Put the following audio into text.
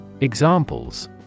examples